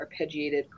arpeggiated